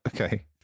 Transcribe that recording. Okay